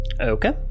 Okay